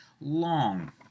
long